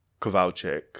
Kowalczyk